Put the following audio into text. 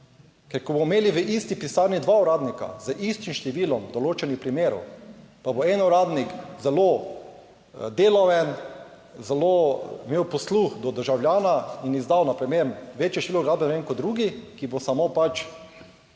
Ker ko bomo imeli v isti pisarni dva uradnika z istim številom določenih primerov, pa bo en uradnik zelo delaven, zelo imel posluh do državljana in izdal na primer večje število gradbenih kot drugi, ki bo samo pač